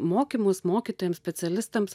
mokymus mokytojams specialistams